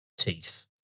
teeth